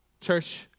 Church